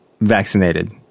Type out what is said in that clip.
vaccinated